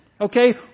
okay